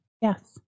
Yes